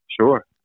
Sure